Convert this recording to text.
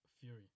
Fury